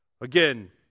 Again